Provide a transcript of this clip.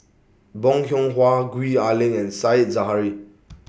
Bong Hiong Hwa Gwee Ah Leng and Said Zahari